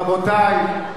רבותי,